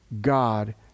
God